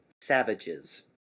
savages